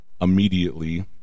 Immediately